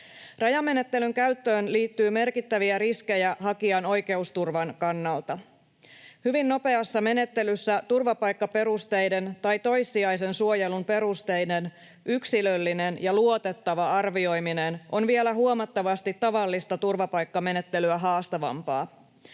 Rajamenettelyn käyttöön liittyy merkittäviä riskejä hakijan oikeusturvan kannalta. Hyvin nopeassa menettelyssä turvapaikkaperusteiden tai toissijaisen suojelun perusteiden yksilöllinen ja luotettava arvioiminen on vielä huomattavasti tavallista turvapaikkamenettelyä haastavampaa.